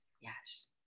yes